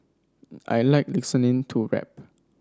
I like listening to rap